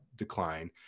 decline